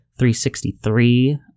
363